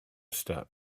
step